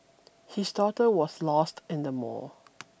his daughter was lost in the mall